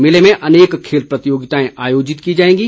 मेले में अनेक खेल प्रतियोगिताएं आयोजित की जाएंगी